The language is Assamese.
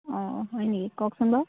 অঁ অঁ হয় নেকি কওকচোন বাৰু